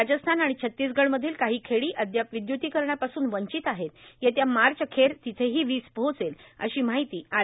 राजस्थान आणि छत्तीसगडमधली काही खेडी अद्याप विद्य्तीकरणापासून वंचित आहेत येत्या मार्च अखेर तिथेही वीज पोहोचल अशी माहिती आर